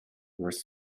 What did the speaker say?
worse